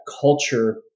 culture